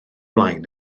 blaen